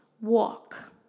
Walk